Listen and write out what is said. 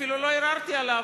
אפילו לא ערערתי עליו,